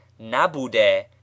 nabude